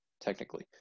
technically